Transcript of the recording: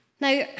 now